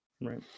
Right